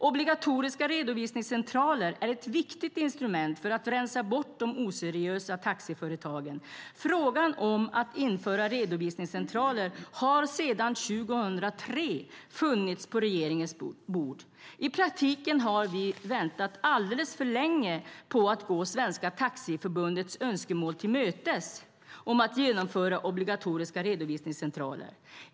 Obligatoriska redovisningscentraler är ett viktigt instrument för att rensa bort de oseriösa taxiföretagen. Frågan om att införa redovisningscentraler har sedan 2003 funnits på regeringens bord. I praktiken har vi väntat alldeles för länge på att gå Svenska Taxiförbundets önskemål till mötes om att införa obligatoriska redovisningscentraler.